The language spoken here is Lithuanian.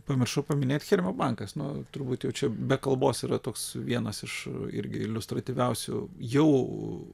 pamiršau paminėt hermio bankas nu turbūt jau čia be kalbos yra toks vienas iš irgi iliustratyviausių jau